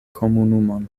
komunumon